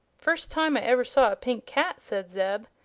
first time i ever saw a pink cat, said zeb.